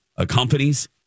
companies